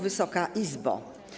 Wysoka Izbo!